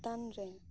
ᱪᱮᱛᱟᱱ ᱨᱮ